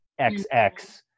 xx